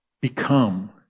become